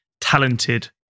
talented